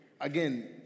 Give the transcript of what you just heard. again